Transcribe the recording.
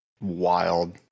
wild